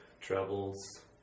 travels